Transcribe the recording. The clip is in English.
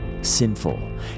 sinful